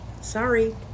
Sorry